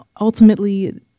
ultimately